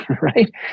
Right